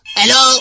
hello